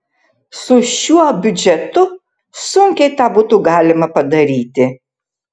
su šiuo biudžetu sunkiai tą būtų galima padaryti